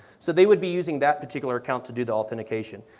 so they will be using that particular account to do the authentication.